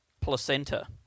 placenta